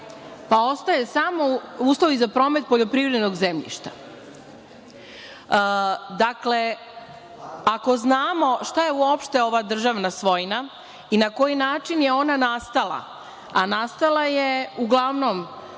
postaju samo uslovi za promet poljoprivrednog zemljišta. Ako znamo šta je ova državna svojina i na koji način je ona nastala, a nastala je uglavnom